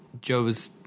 Joe's